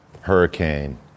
hurricane